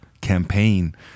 campaign